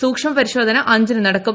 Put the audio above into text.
സൂക്ഷ്മ പരിശോധന അഞ്ചിനു നടക്കും